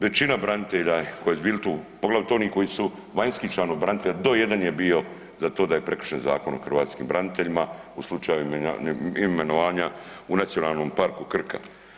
Većina branitelja koji su bili tu, pogotovo oni koji su vanjski članovi branitelja, do jedan je bio za to da je prekršen Zakon o hrvatskim braniteljima u slučaju imenovanja u Nacionalnom parku Krka.